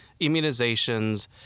immunizations